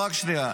זה כן משנה,